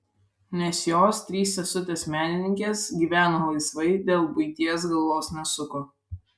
nes jos trys sesutės menininkės gyveno laisvai dėl buities galvos nesuko